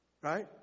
Right